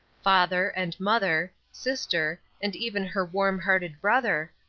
father, and mother, sister, and even her warm-hearted brother,